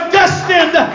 destined